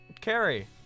Carrie